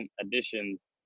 additions